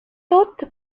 saute